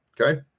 Okay